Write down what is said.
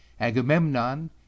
agamemnon